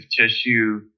tissue